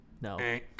No